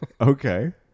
Okay